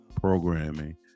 programming